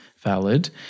valid